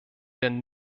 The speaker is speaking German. denn